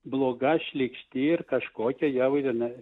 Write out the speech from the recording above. bloga šlykšti ir kažkokia jau jinai